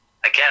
Again